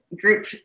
group